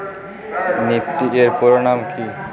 Nifty এর পুরোনাম কী?